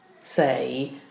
say